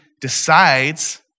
decides